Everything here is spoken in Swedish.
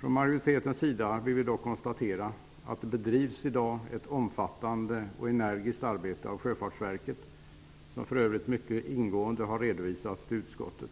Från majoritetens sida vill vi dock konstatera att det i dag bedrivs ett omfattande och energiskt arbete av Sjöfartsverket. Det har för övrigt redovisats mycket ingående till utskottet.